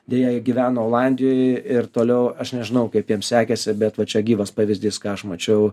deja jie gyveno olandijoj ir toliau aš nežinau kaip jiem sekėsi bet va čia gyvas pavyzdys ką aš mačiau